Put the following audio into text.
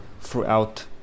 throughout